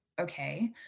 okay